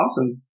awesome